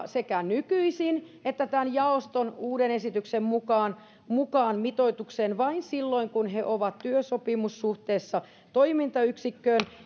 sekä nykyisin että tämän jaoston uuden esityksen mukaan opiskelijat voidaan laskea mitoitukseen mukaan vain silloin kun he ovat työsopimussuhteessa toimintayksikköön